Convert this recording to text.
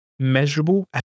measurable